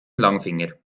langfinger